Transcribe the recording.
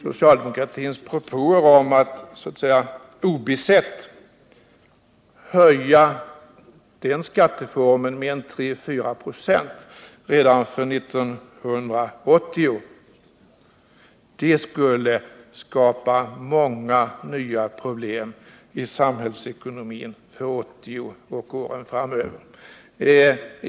Socialdemokratins propåer om att obesett höja den skatteformen med 34 926 redan 1980 skulle skapa många nya problem i samhällsekonomin för 1980 och åren framöver.